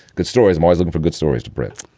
good stories, more looking for good stories to bring